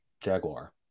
Jaguar